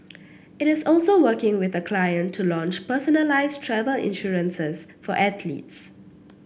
it is also working with a client to launch personalised travel insurances for athletes